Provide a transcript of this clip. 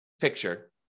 picture